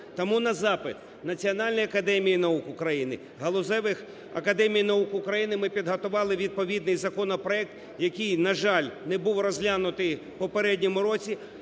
Тому на запит Національної академії наук України, галузевих академій наук України ми підготували відповідний законопроект, який, на жаль, не був розглянутий в попередньому році.